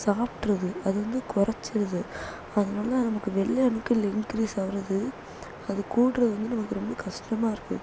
சாப்பிட்ருது அது வந்து குறைச்சிடுது அதனால நமக்கு வெள்ளை அணுக்கள் இன்கிரீஸ் ஆகிறது அது கூட்டுறது வந்து நமக்கு ரொம்ப கஷ்டமா இருக்குது